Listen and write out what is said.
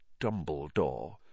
Dumbledore